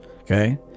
okay